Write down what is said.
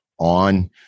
on